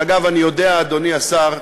אגב, אני יודע, אדוני השר,